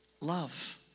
Love